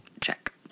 Check